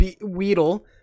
weedle